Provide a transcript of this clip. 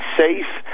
safe